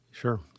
Sure